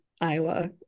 iowa